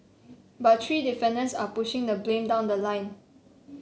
but three defendants are pushing the blame down the line